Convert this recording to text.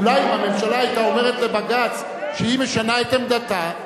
אולי אם הממשלה היתה אומרת לבג"ץ שהיא משנה את עמדתה,